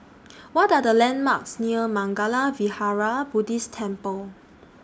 What Are The landmarks near Mangala Vihara Buddhist Temple